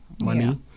money